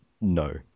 No